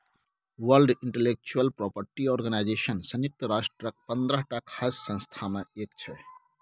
world intellectual property organisation संयुक्त राष्ट्रक पंद्रहटा खास संस्था मे एक छै